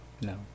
no